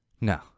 No